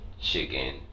chicken